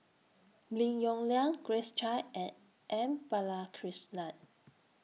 Lim Yong Liang Grace Chia and M Balakrishnan